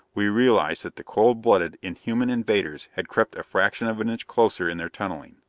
we realized that the cold blooded, inhuman invaders had crept a fraction of an inch closer in their tunneling.